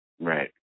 right